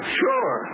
sure